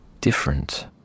different